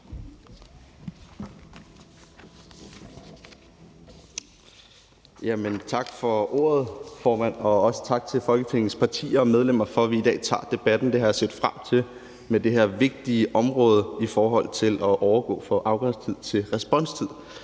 Tak for ordet, formand, og også tak til Folketingets partier og medlemmer for, at vi i dag tager debatten. Det har jeg set frem til med det her vigtige område i forhold til at overgå fra afgangstider til responstid.